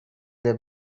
their